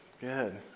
Good